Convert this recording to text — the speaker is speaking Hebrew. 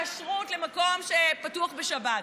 כשרות למקום שפתוח בשבת.